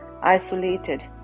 isolated